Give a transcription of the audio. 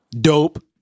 dope